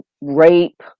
rape